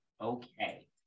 Okay